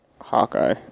Hawkeye